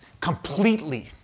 completely